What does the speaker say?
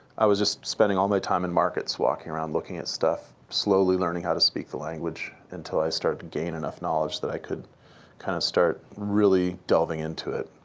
i was just spending all my time in markets, walking around looking at stuff, slowly learning how to speak the language, until i started to gain enough knowledge that i could kind of start really delving into it.